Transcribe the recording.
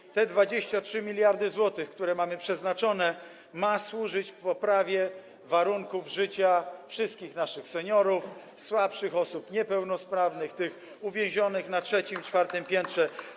I te 23 mld zł, które na to przeznaczono, ma służyć poprawie warunków życia wszystkich naszych seniorów, słabszych osób, niepełnosprawnych, tych uwięzionych na trzecim i czwartym piętrze.